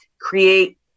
create